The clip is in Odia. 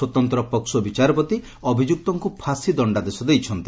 ସ୍ୱତନ୍ତ ପକ୍କୋ ବିଚାରଚପତି ଅଭିଯୁକ୍ତଙ୍କୁ ଫାଶୀ ଦଶ୍ତାଦେଶ ଦେଇଛନ୍ତି